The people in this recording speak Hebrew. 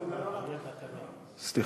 סליחה.